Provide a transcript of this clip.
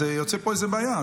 אז יוצאת פה איזו בעיה.